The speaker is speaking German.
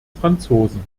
franzosen